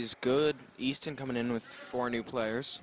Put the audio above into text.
is good easton coming in with four new players